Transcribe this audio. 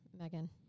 Megan